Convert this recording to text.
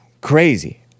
Crazy